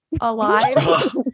alive